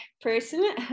person